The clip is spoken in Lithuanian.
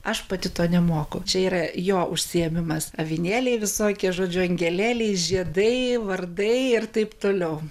aš pati to nemoku čia yra jo užsiėmimas avinėliai visokie žodžiu angelėliai žiedai vardai ir taip toliau